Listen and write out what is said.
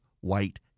white